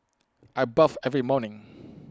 I bathe every morning